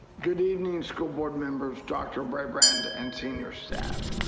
good evening, school board members. dr. brabrand and senior staff.